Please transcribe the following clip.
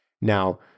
Now